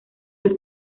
los